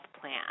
plan